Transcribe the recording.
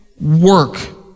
work